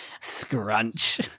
Scrunch